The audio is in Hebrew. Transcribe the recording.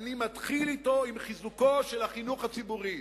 אני מתחיל אתו עם חיזוקו של החינוך הציבורי,